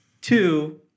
two